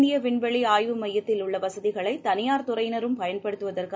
இந்திய விண்வெளி ஆய்வு மையத்திலுள்ள வசதிகளை தனிபார் துறையினரும் பயன்படுத்துவதற்கு